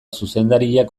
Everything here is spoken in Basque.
zuzendariak